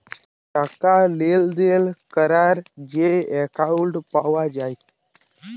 টাকা লেলদেল ক্যরার যে একাউল্ট পাউয়া যায়